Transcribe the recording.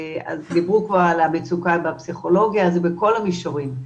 דיברו פה על המצוקה בפסיכולוגיה, זה בכל המישורים.